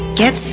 get